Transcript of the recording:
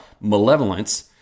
malevolence